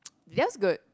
just good